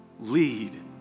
lead